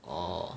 orh